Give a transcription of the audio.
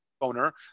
owner